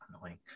annoying